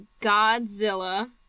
Godzilla